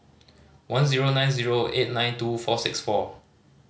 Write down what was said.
one zero nine zero eight nine two four six four